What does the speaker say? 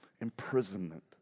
imprisonment